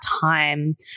time